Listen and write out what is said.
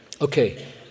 Okay